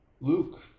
Luke